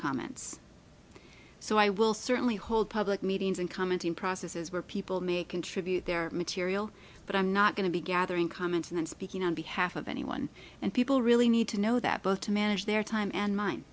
comments so i will certainly hold public meetings and commenting processes where people may contribute their material but i'm not going to be gathering comments and speaking on behalf of anyone and people really need to know that both to manage their time and mine